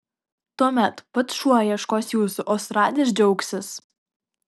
tuomet pats šuo ieškos jūsų o suradęs džiaugsis